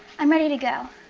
i'm ready to go.